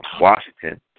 Washington